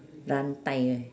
rantai eh